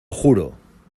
juro